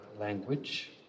language